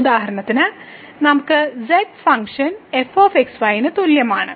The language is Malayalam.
ഉദാഹരണത്തിന് നമുക്ക് z function f x y ന് തുല്യമാണ്